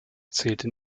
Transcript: zählte